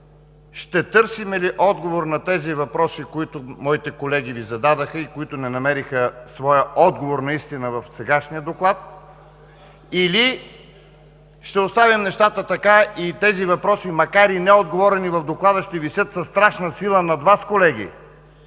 Ще търсим ли отговор на тези въпроси, които моите колеги Ви зададоха и които не намериха своя отговор наистина в сегашния Доклад, или ще оставим нещата така и макар и неотговорено на тези въпроси в Доклада, ще висят със страшна сила над Вас, колеги?